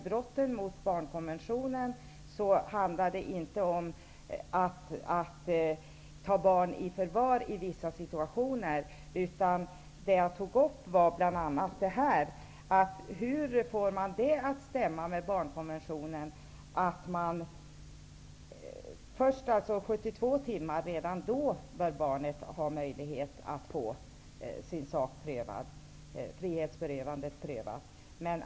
Brottet mot barnkonventionen är inte att ta barn i förvar i vissa situationer, utan den fråga jag tog upp var: Redan under de första 72 timmarna bör barnet ha möjlighet att få frihetsberövandet prövat.